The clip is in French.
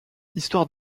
histoire